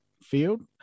field